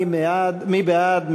מי בעד?